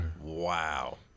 Wow